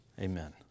Amen